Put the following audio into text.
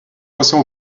penser